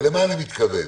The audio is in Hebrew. למה אני מתכוון?